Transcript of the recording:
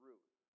Ruth